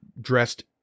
dressed